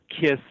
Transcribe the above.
Kiss